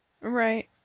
Right